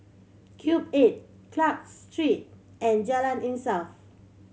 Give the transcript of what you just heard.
Cube Eight Clarke Street and Jalan Insaf